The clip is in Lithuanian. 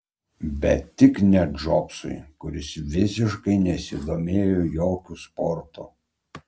bet tik ne džobsui kuris visiškai nesidomėjo jokiu sportu